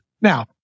now